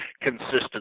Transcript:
consistent